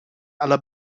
aller